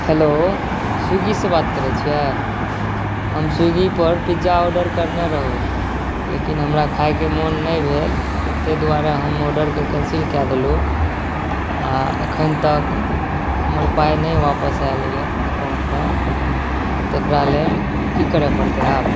hello स्विगीसँ बात करै छिए हम स्विगीपर पिज्जा ऑडर करने रहोँ लेकिन हमरा खाइके मोन नहि भेल तऽ ताहि दुआरे हम ऑडरके कैन्सिल कऽ देलहुँ आओर एखन तक हमर पाइ नहि वापस आएल अइ एकाउन्टमे तऽ तकरा लेल की करऽ पड़तै आब